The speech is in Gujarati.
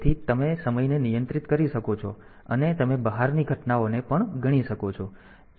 તેથી તમે સમયને નિયંત્રિત કરી શકો છો અને તમે બહારની ઘટનાઓને પણ ગણી શકો છો